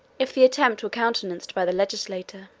if the attempt were countenanced by the legislature.